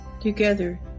Together